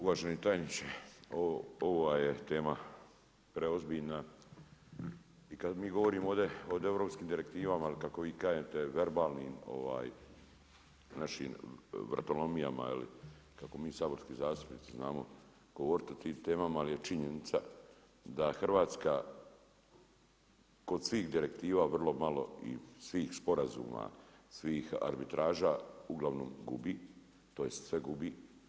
Uvaženi tajniče ova je tema preozbiljna i kad mi govorimo ovdje o europskim direktivama ili kako vi kažete verbalnim našim vratolomijama ili kako mi saborski zastupnici znamo govoriti o tim temama, ali je činjenica da Hrvatska kod svih direktiva vrlo malo i svih sporazuma, svih arbitraža uglavnom gubi, tj. sve gubi.